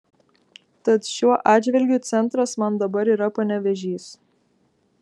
tad šiuo atžvilgiu centras man dabar yra panevėžys